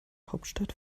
hauptstadt